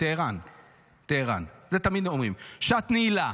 זה תמיד אומרים, שעת נעילה,